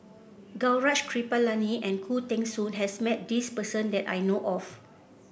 Gaurav Kripalani and Khoo Teng Soon has met this person that I know of